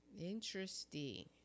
interesting